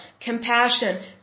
compassion